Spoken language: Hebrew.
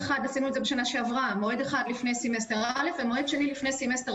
בשנה שעברה קבענו מועד אחד לפני סמסטר א' ומועד שני לפני סמסטר